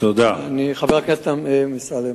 חבר הכנסת אמסלם,